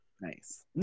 Nice